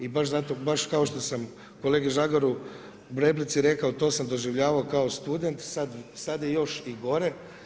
I baš kao što sam kolegi Žagaru u replici rekao, to sam doživljavao kao student, sada je još i gore.